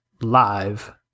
Live